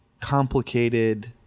complicated